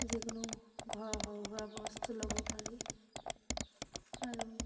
যিকোনো ঘৰৰ সৰু সুৰা বস্তু ল'ব পাৰোঁ আৰু